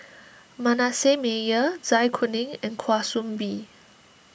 Manasseh Meyer Zai Kuning and Kwa Soon Bee